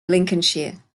lincolnshire